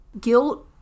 Guilt